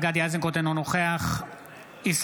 אינו נוכח גדי איזנקוט,